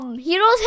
heroes